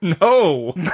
No